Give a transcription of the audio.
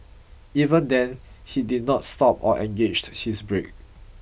even then he did not stop or engaged his brake